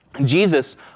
Jesus